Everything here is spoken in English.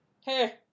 Hey